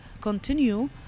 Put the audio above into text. continue